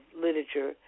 literature